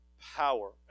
power